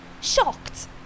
...shocked